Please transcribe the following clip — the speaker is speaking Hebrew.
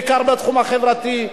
בעיקר בתחום החברתי.